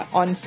on